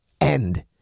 End